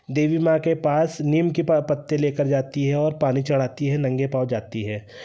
देवी माँ के पास नीम के पत्ते लेकर जाती है और पानी चढ़ाती है नंगे पांव जाती है